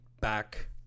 back